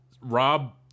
rob